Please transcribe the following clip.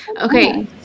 okay